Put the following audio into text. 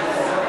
הפצת תצלומים